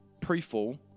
pre-fall